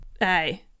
aye